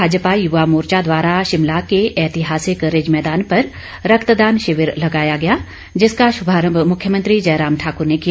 भाजपा यूवा मोर्चा द्वारा शिमला के एतिहासित रिज मैदान पर रक्तदान शिविर लगाया गया जिसका शभारंम मुख्यमंत्री जयराम ठाकर ने किया